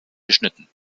geschnitten